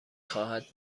خواهد